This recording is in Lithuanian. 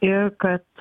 ir kad